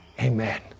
Amen